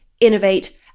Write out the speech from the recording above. innovate